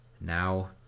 Now